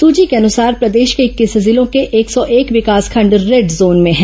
सूची के अनुसार प्रदेश के इक्कीस जिलों के एक सौ एक विकासखंड रेड जोन में हैं